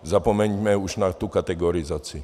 Zapomeňme už na tu kategorizaci.